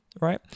right